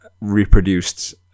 reproduced